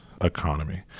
economy